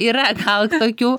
yra gal tokių